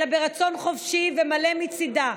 אלא ברצון חופשי ומלא מצידה.